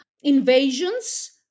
invasions